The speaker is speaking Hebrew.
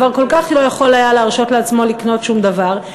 כבר כל כך לא יכול היה להרשות לעצמו לקנות שום דבר,